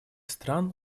стран